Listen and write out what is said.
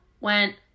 went